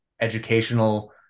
educational